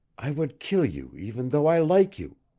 i would kill you even though i like you.